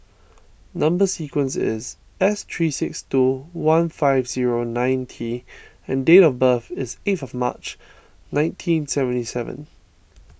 Number Sequence is S three six two one five zero nine T and date of birth is eighth of March nineteen seventy seven